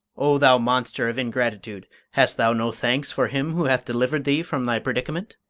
o thou monster of ingratitude, hast thou no thanks for him who hath delivered thee from thy predicament?